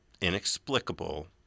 inexplicable